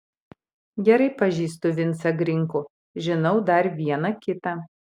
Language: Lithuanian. gerai pažįstu vincą grinkų žinau dar vieną kitą